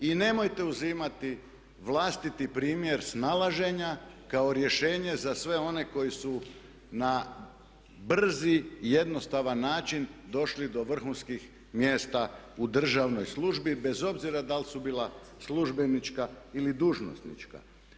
I nemojte uzimati vlastiti primjer snalaženja kao rješenje za sve one koji su na brzi i jednostavan način došli do vrhunskih mjesta u državnoj službi bez obzira da li su bila službenička ili dužnosnička.